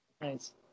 Nice